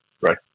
right